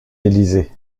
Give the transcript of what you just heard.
élysées